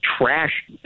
trash